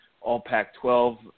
All-Pac-12